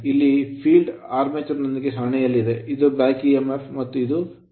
ಇಲ್ಲಿ field field armature armature ನೊಂದಿಗೆ ಸರಣಿಯಲ್ಲಿದೆ ಇದು back emf ಬ್ಯಾಕ್ ಎಮ್ಎಫ್ ಮತ್ತು ಇದು V